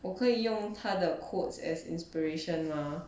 我可以用他的 quotes as inspiration mah